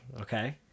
Okay